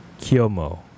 Kiyomo